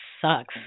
sucks